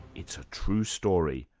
it's a true story,